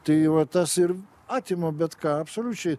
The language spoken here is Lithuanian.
tai va tas ir atima bet ką absoliučiai